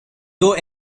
dos